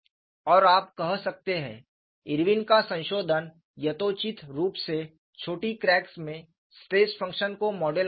और आप कह सकते हैं इरविन का संशोधन यथोचित रूप से छोटी क्रैक्स में स्ट्रेस फंक्शन को मॉडल करता है